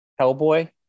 Hellboy